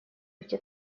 где